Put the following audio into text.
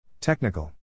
Technical